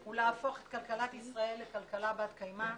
הוא להפוך את כלכלת ישראל לכלכלה בת קיימא.